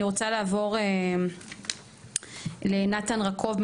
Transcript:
אני רוצה לעבור לנתן ראקוב,